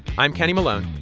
i'm kenny malone.